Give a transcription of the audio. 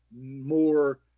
more